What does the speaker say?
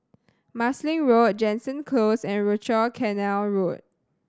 Marsiling Road Jansen Close and Rochor Canal Road